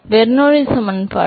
பெர்னௌலியின் சமன்பாடு